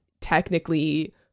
technically